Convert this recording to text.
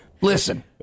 listen